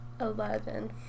Eleven